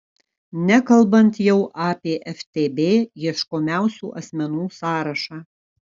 nekalbant jau apie ftb ieškomiausių asmenų sąrašą